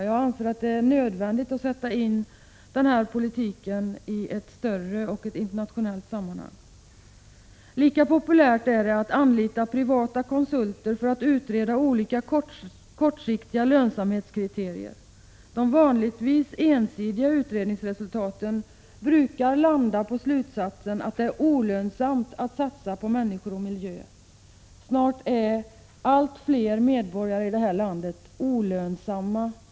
Jag anser att det är nödvändigt att sätta in denna politik i ett större och ett internationellt sammanhang. Lika populärt är det att anlita privata konsulter för att utreda olika kortsiktiga lönsamhetskriterier. De vanligtvis ensidiga utredningarna brukar resultera i slutsatsen att det är olönsamt att satsa på människor och miljö. Med sådana mått mätt blir snart allt fler medborgare i detta land olönsamma.